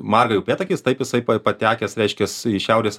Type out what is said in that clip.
margąjį upėtakį jis taip jisai patekęs reiškias į šiaurės